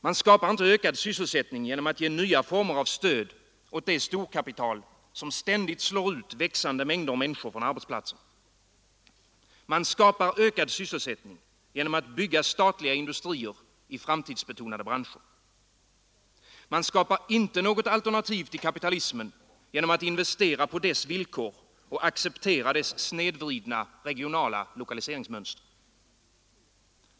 Man skapar inte ökad sysselsättning genom att ge nya former av stöd åt det storkapital som ständigt slår ut växande mängder människor från arbetsplatserna. Man skapar ökad sysselsättning genom att bygga statliga industrier i framtidsbetonade branscher. Man skapar inte något alternativ till kapitalismen genom att investera på dess villkor och acceptera dess snedvridna regionala lokaliseringsmönster.